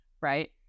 right